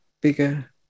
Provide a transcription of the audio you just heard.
bigger